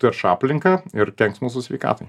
terš aplinką ir kenks mūsų sveikatai